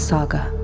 Saga